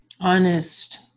Honest